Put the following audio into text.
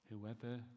Whoever